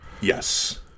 Yes